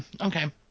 Okay